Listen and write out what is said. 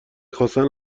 خواستن